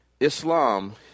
Islam